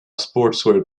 sportswear